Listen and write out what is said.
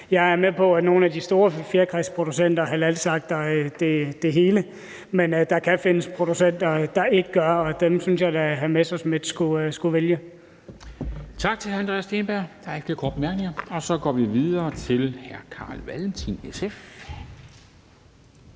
Jeg er med på, at nogle af de store fjerkræproducenter halalslagter det hele, men der kan findes producenter, der ikke gør, og dem synes jeg da hr. Messerschmidt skulle vælge.